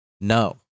No